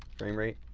frame rate,